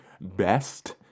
best